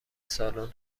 سالن